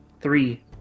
three